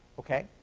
ok?